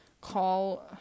Call